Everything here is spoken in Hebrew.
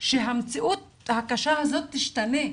שהמציאות הקשה הזאת תשתנה.